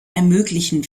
ermöglichen